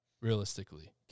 Realistically